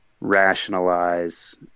rationalize